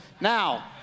Now